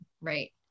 right